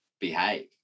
behave